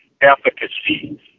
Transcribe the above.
efficacy